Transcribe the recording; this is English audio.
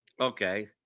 Okay